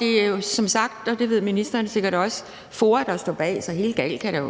Det er som sagt, og det ved ministeren sikkert også, FOA, der står bag, så helt galt kan det